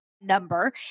number